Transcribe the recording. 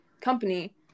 company